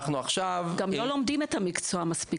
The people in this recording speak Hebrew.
גם לא לומדים את המקצוע מספיק